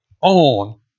on